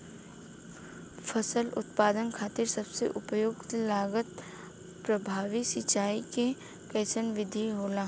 फसल उत्पादन खातिर सबसे उपयुक्त लागत प्रभावी सिंचाई के कइसन विधि होला?